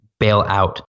bailout